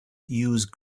use